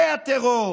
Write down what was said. זה הטרור,